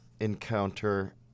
encounter